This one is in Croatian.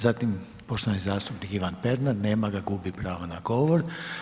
Zatim poštovani zastupnik Ivan Pernar, nema ga, gubi pravo na govor.